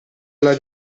alla